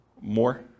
More